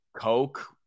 Coke